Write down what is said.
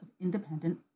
Independent